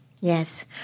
Yes